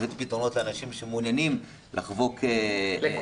לתת פתרונות לאנשים שמעוניינים לחבוק --- לכולם.